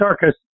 circus